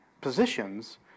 positions